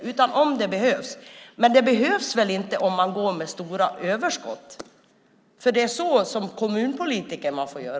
Det blir mer om det behövs. Men det behövs väl inte om man går med stora överskott? Det är så man får göra som kommunpolitiker.